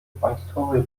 państwowej